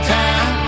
time